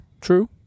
true